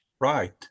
Right